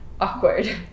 Awkward